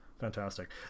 fantastic